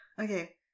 Okay